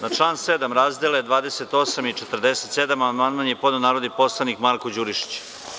Na član 7. razdele 28 i 47 amandman je podneo narodni poslanik Marko Đurišić.